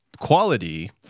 quality